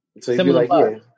Similar